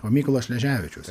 o mykolas šleževičius